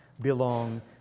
belong